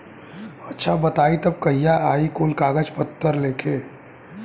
अच्छा बताई तब कहिया आई कुल कागज पतर लेके?